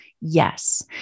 Yes